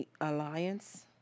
Alliance